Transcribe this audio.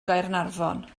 gaernarfon